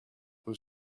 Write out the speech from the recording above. was